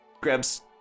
grabs